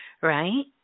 right